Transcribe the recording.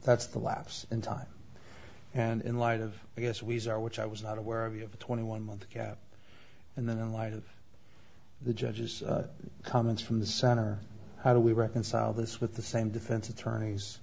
that's the last in time and in light of i guess weezer which i was not aware of you have a twenty one month gap and then in light of the judge's comments from the center how do we reconcile this with the same defense attorneys